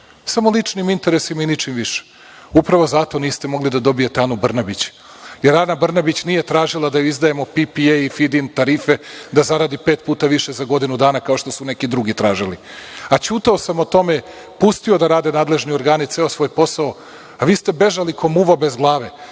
samo ličnim interesima i ničim više. Upravo zato niste mogli da dobijete Anu Brnabić, jer Ana Brnabić nije tražila da joj izdajemo „ppa“ i feed in tarife da zaradi pet puta više za godinu dana, kao što su neki drugi tražili. A, ćutao sam o tome, pustio da rade nadležni organi ceo svoj posao, a vi ste bežali ko muva bez glave,